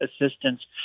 assistance